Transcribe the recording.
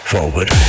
Forward